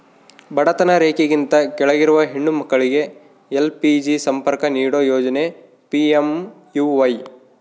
ಬಡತನ ರೇಖೆಗಿಂತ ಕೆಳಗಿರುವ ಹೆಣ್ಣು ಮಕ್ಳಿಗೆ ಎಲ್.ಪಿ.ಜಿ ಸಂಪರ್ಕ ನೀಡೋ ಯೋಜನೆ ಪಿ.ಎಂ.ಯು.ವೈ